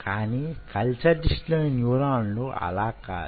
కానీ culture dish లోని న్యూరాన్లు అలా కాదు